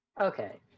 Okay